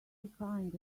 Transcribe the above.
kind